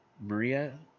Maria